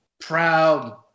proud